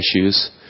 issues